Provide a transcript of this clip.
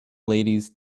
ladies